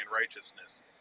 righteousness